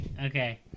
Okay